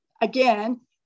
again